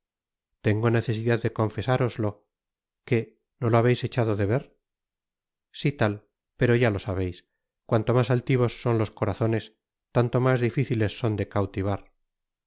tengo necesidad de confesároslo qué no lo habeis echado de ver si tal pero ya lo sabeis cuanto mas altivos son tos corazones tanto mas dificiles son de cautivar